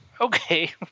okay